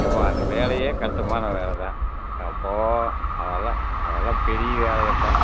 ஏப்பா அந்த வேலையே கஷ்டமான வேலைதான் எப்போது அதெல்லாம் அதெல்லாம் பெரிய வேலையப்பா